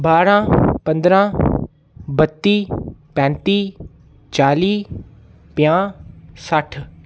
बारां पंदरां बत्ती पैन्ती चाली पंजाह् सट्ठ